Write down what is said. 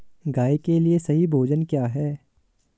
गाय के लिए सही भोजन क्या है?